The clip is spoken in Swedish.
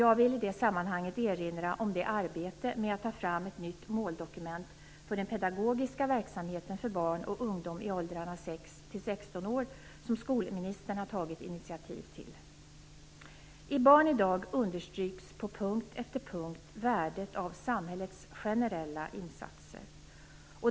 Jag vill i det sammanhanget erinra om det arbete med att ta fram ett nytt måldokument för den pedagogiska verksamheten för barn och ungdom i åldrarna 6-16 år som skolministern har tagit initiativ till. I Barn idag understryks på punkt efter punkt värdet av samhällets generella insatser.